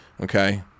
okay